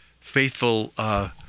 faithful